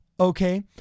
Okay